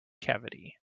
cavity